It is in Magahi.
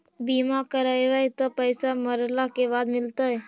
बिमा करैबैय त पैसा मरला के बाद मिलता?